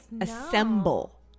Assemble